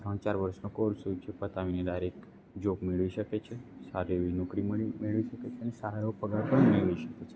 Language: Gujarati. ત્રણ ચાર વરસનો કોર્સ હોય છે પતાવીને ડાયરેક જોબ મેળવી શકે છે સારી એવી નોકરી મેળવી મેળવી શકે છે અને સારા એવા પગાર પણ મેળવી શકે છે